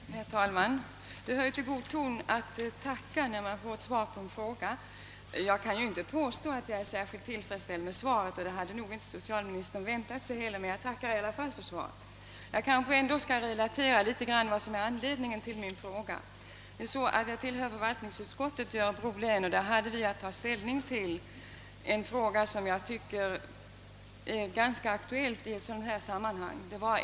Herr talman! Det hör ju till god ton att tacka när man får svar på en fråga. Jag kan inte påstå att jag är särskilt tillfredsställd med svaret, och det hade nog inte socialministern heller väntat sig, men jag tackar i alla fall. Jag vill något redogöra för anledningen till min fråga. Jag tillhör förvaltningsutskottet i Örebro län, och där hade vi att ta ställning till en fråga som jag tycker är ganska aktuell i detta sammanhang.